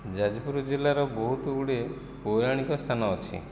ଯାଜପୁର ଜିଲ୍ଲାର ବହୁତ ଗୁଡ଼ିଏ ପୌରାଣିକ ସ୍ଥାନ ଅଛି